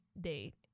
date